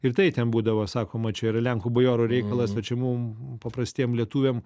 ir tai ten būdavo sakoma čia yra lenkų bajorų reikalas o čia mum paprastiem lietuviam